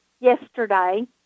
yesterday